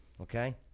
okay